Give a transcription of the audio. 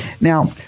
Now